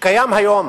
שקיים היום